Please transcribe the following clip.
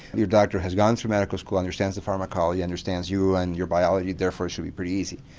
your doctor has gone through medical school, understands the pharmacology, understands you and your biology, therefore it should be pretty easy.